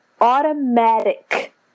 automatic